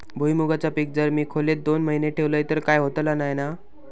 भुईमूगाचा पीक जर मी खोलेत दोन महिने ठेवलंय तर काय होतला नाय ना?